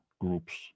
groups